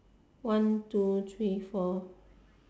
one two three four